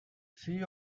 she